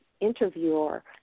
interviewer